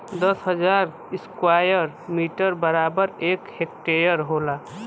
दस हजार square metre बराबर एक हेक्टेयर होला